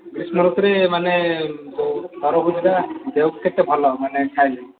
ଗ୍ରୀଷ୍ମ ଋତୁ ରେ ମାନେ ତରଭୁଜଟା ଦେହକୁ କେତେ ଭଲ ମାନେ ଖାଇଲେ